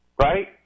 right